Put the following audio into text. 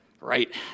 Right